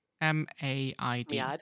m-a-i-d